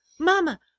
Mama